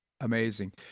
Amazing